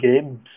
games